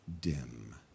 dim